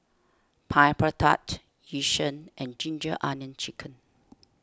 Pineapple Tart Yu Sheng and Ginger Onions Chicken